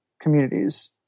communities